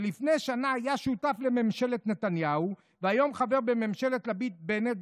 שלפני שנה היה שותף לממשלת נתניהו והיום חבר בממשלת לפיד-בנט,